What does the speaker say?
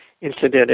incident